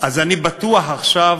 אז אני בטוח עכשיו